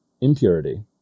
impurity